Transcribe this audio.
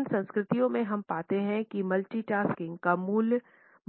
इन संस्कृतियों में हम पाते हैं कि मल्टीटास्किंग को मूल्य